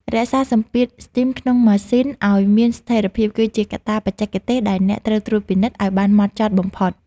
រក្សាសម្ពាធស្ទីមក្នុងម៉ាស៊ីនឱ្យមានស្ថេរភាព គឺជាកត្តាបច្ចេកទេសដែលអ្នកត្រូវត្រួតពិនិត្យឱ្យបានហ្មត់ចត់បំផុត។